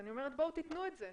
אני אומרת, בואו, תנו את זה.